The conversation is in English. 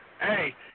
Hey